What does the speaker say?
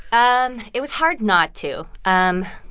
um it was hard not to. um